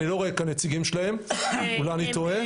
אני לא רואה כאן נציגים שלהם, אולי אני טועה.